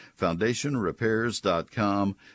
foundationrepairs.com